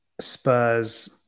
Spurs